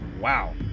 Wow